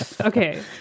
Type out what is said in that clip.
Okay